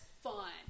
fun